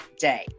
day